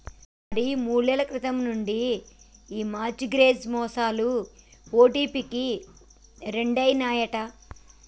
మరి మూడేళ్ల కింది నుంచి ఈ మార్ట్ గేజ్ మోసాలు ఓటికి రెండైనాయట